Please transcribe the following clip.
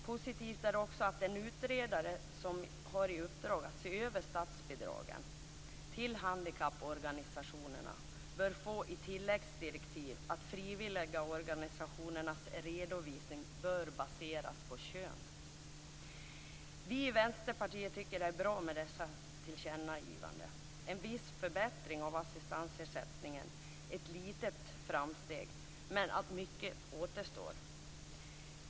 Positivt är också att vi skriver att den utredare som har i uppdrag att se över statsbidragen till handikapporganisationerna bör få i tilläggsdirektiv att frivilligorganisationernas redovisning bör baseras på kön. Vi i Vänsterpartiet tycker att dessa tillkännagivanden är bra. Det är en viss förbättring av assistansersättningen - ett litet framsteg - men mycket återstår.